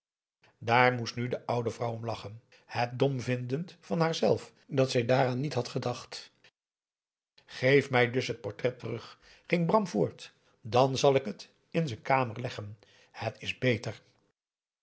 daar moest nu de oude vrouw om lachen het dom vindend van haarzelf dat zij dààraan niet had gedacht geef mij dus het portret terug ging bram voort dan zal ik het in z'n kamer leggen het is beter